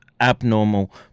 abnormal